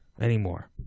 anymore